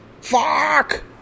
fuck